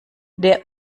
der